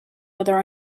other